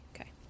okay